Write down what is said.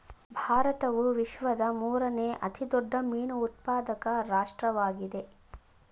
ಭಾರತವು ವಿಶ್ವದ ಮೂರನೇ ಅತಿ ದೊಡ್ಡ ಮೀನು ಉತ್ಪಾದಕ ರಾಷ್ಟ್ರವಾಗಿದೆ